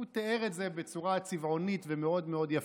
הוא תיאר את זה בצורה צבעונית ומאוד מאוד יפה.